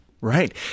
Right